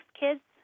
kids